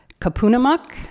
Kapunamuk